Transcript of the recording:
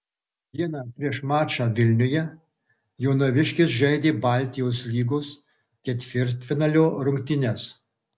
dieną prieš mačą vilniuje jonaviškės žaidė baltijos lygos ketvirtfinalio rungtynes